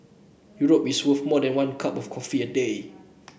Europe is worth more than one cup of coffee a day